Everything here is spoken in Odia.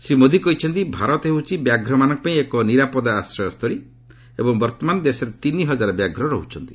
ଶ୍ରୀ ମୋଦୀ କହିଛନ୍ତି ଭାରତ ହେଉଛି ବ୍ୟାଘ୍ରମାନଙ୍କ ପାଇଁ ଏକ ନିରାପଦ ଆଶ୍ରୟ ସ୍ଥଳୀ ଏବଂ ବର୍ତ୍ତମାନ ଦେଶରେ ତିନି ହଜାର ବ୍ୟାଘ୍ର ରହ୍ଚନ୍ତି